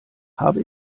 habe